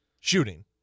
Shooting